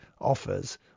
offers